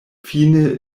fine